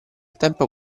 tempo